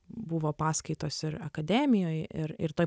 buvo paskaitos ir akademijoj ir ir toj